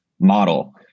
model